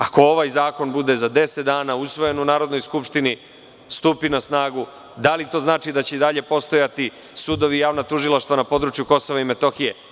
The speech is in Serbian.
Ako ovaj zakon bude za deset dana usvojen u Narodnoj skupštini, stupi na snagu, da li to znači da će i dalje postojati sudovi i javna tužilaštva na području Kosova i Metohije?